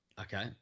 Okay